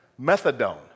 methadone